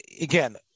Again